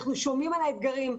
אנחנו שומעים על האתגרים,